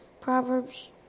Proverbs